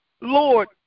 Lord